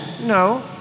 No